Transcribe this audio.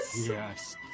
Yes